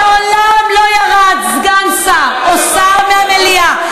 מעולם לא ירד סגן שר או שר מהדוכן במליאה,